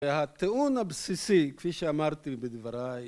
והטעון הבסיסי כפי שאמרתי בדבריי